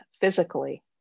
physically